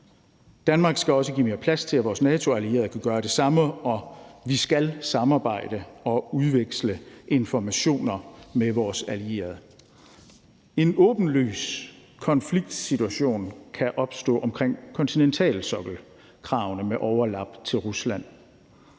Danmark skal også give mere plads til, at vores NATO-allierede kan gøre det samme, og vi skal samarbejde og udveksle informationer med vores allierede. Kl. 13:56 En åbenlys konfliktsituation kan opstå omkring kontinentalsokkelkravene med overlap til Rusland.